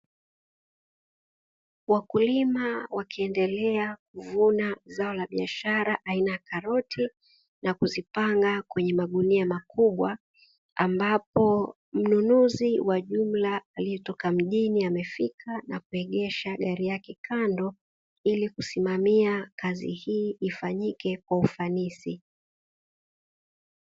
Wakulima wakiendelea kuvuna zao la biashara aina ya karoti nakuzipanga kwenye magunia makubwa, ambapo mnunuzi wa jumla aliyetoka mjini amefika na kuegesha gari yake kando ili kusimamia kazi hii ifanyike kwa ufanisi.